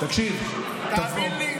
תאמין לי,